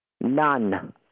none